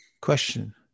Question